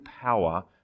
power